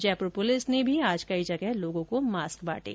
Jaipur police ने भी आज कई जगह लोगों को मास्क बांटे